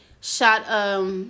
shot